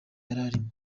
yarimo